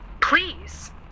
Please